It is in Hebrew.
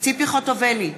ציפי חוטובלי,